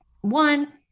one